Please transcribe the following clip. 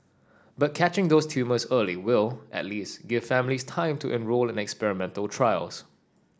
but catching those tumours early will at least give families time to enrol in experimental trials